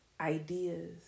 ideas